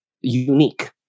unique